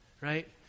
Right